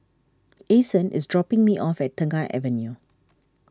Ason is dropping me off at Tengah Avenue